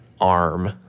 arm